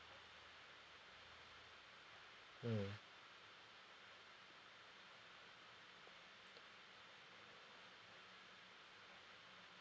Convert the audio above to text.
mm